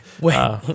Wait